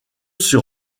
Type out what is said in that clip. sur